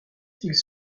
qu’ils